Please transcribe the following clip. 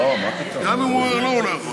לא, לא,